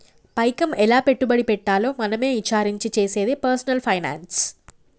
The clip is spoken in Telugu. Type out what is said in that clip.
పైకం ఎలా పెట్టుబడి పెట్టాలో మనమే ఇచారించి చేసేదే పర్సనల్ ఫైనాన్స్